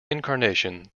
incarnation